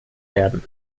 werden